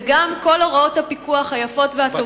וגם כל הוראות הפיקוח היפות והטובות שיש,